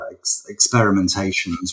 experimentations